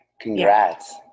congrats